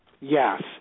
Yes